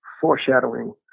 Foreshadowing